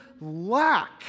lack